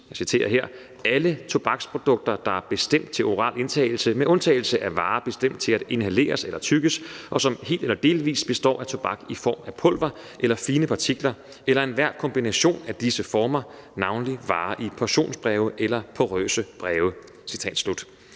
menes: »Alle tobaksprodukter, der er bestemt til oral indtagelse med undtagelse af varer bestemt til at inhaleres eller tygges, og som helt eller delvis består af tobak i form af pulver eller fine partikler eller enhver kombination af disse former – navnlig varer i portionsbreve eller porøse breve.« Som